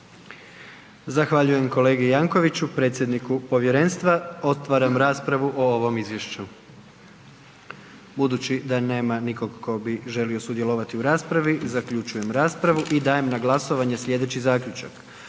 Zahvaljujem kolegi Jankoviscu, predsjedniku povjerenstva. Otvaram raspravu o ovom izvješću. Budući da nema nikog tko bi želio sudjelovati u raspravi, zaključujem raspravu i dajem na glasovanje slijedeći zaključak: